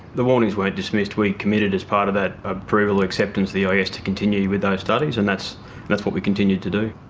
the warnings weren't dismissed, we committed as part of that approval acceptance, the eis, to continue with those studies, and that's that's what we continued to do.